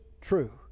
true